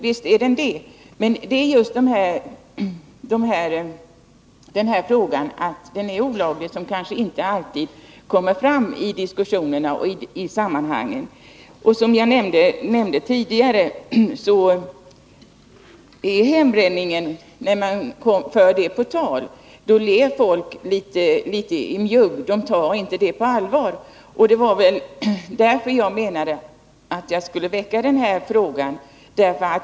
Visst är den det, men det är just det förhållandet som inte alltid kommer fram i diskussionerna i dessa sammanhang. Som jag tidigare nämnde ler folk litet i mjugg när man för hembränningen på tal — människor tar den inte riktigt på allvar. Det var väl också det som var anledningen till att jag väckte min fråga.